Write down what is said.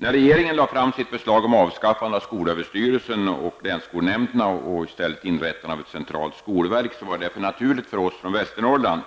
När regeringen lade fram sitt förslag om avskaffande av skolöverstyrelsen och länsskolnämnderna och i stället inrättande av ett centralt skolverk var det därför naturligt för oss i Västernorrland